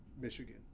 Michigan